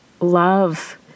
love